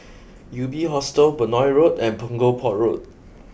UB Hostel Benoi Road and Punggol Port Road